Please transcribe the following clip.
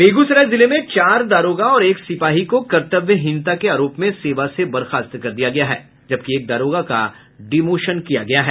बेगूसराय जिले में चार दारोगा और एक सिपाही को कर्तव्यहीनता के आरोप में सेवा से बर्खास्त कर दिया गया है जबकि एक दारोगा का डिमोशन कर दिया गया है